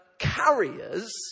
carriers